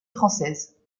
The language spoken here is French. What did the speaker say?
française